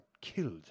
killed